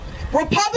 Republican